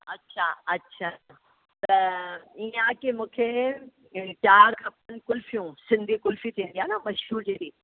अछा अछा त ईअं आहे की मूंखे चारि खपनि कुल्फ़ियूं सिंधी कुल्फ़ी थींदी आहे न मशनूं जहिड़ी